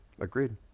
Agreed